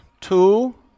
Two